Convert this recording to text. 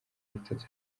nitatu